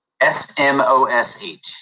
S-M-O-S-H